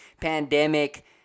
pandemic